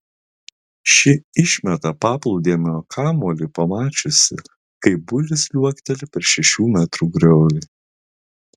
ši išmeta paplūdimio kamuolį pamačiusi kaip builis liuokteli per šešių metrų griovį